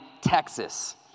Texas